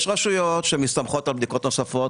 יש רשויות שמסתמכות על בדיקות נוספות,